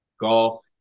golf